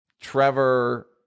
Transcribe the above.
Trevor